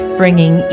bringing